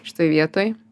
šitoj vietoj